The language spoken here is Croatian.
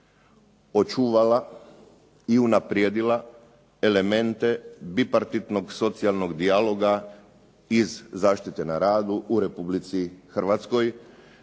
očuvala i unaprijedila elemente bipartitnog socijalnog dijaloga iz zaštite na radu u Republici Hrvatskoj.